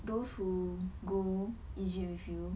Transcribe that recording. those who go egypt with you